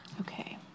Okay